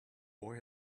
boy